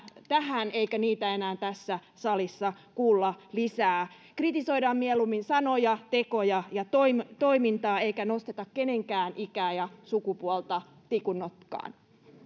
tähän eikä niitä enää tässä salissa kuulla lisää kritisoidaan mieluummin sanoja tekoja ja toimintaa eikä nosteta kenenkään ikää ja sukupuolta tikun nokkaan